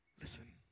Listen